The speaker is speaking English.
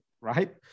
right